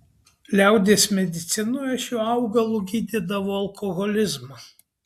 liaudies medicinoje šiuo augalu gydydavo alkoholizmą